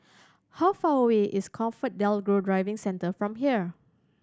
how far away is ComfortDelGro Driving Centre from here